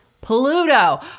Pluto